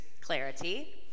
clarity